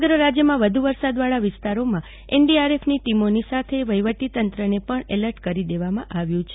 સમગ્ર રાજયમાં વધુ વરસાદવાળા વિસ્તારોમાં એનડીઆરએફની ટીમોની સાથે વહીવટી તંત્રને પણ એલર્ટ કરી દેવામાં આવ્યું છે